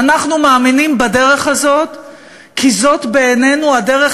אנחנו מאמינים בדרך הזאת כי זאת בעינינו הדרך